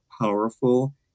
powerful